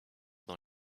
dans